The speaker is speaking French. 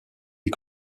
des